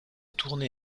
tourné